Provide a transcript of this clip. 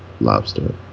lobster